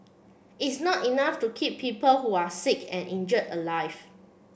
it's not enough to keep people who are sick and injured alive